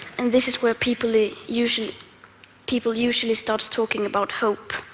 and this is where people usually people usually start talking about hope,